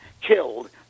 killed